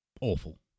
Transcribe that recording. awful